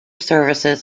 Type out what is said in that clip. services